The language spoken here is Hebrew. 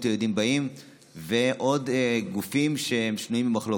היהודים באים ועוד גופים שהם שנויים במחלוקת.